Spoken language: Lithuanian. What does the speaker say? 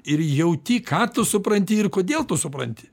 ir jauti ką tu supranti ir kodėl tu supranti